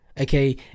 Okay